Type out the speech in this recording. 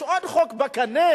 יש עוד חוק בקנה,